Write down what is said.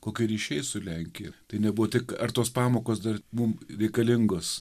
kokie ryšiai su lenkija tai nebuvo tik ar tos pamokos dar mum reikalingos